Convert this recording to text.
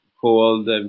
called